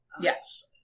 Yes